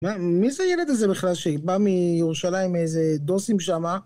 מי זה ילד הזה בכלל שבא מירושלים מאיזה דוסים שמה?